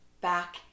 back